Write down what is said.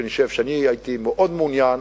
שאני הייתי מאוד מעוניין,